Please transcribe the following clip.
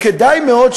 כדאי מאוד שהלקוחות,